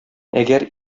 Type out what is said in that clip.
әгәр